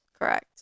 Correct